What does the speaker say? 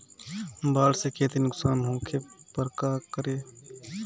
बाढ़ से खेती नुकसान होखे पर का करे?